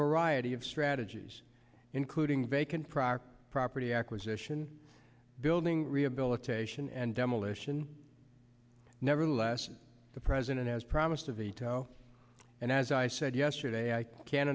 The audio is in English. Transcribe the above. variety of strategies including vacant property property acquisition building rehabilitation and demolition nevertheless the president has promised a veto and as i said yesterday i can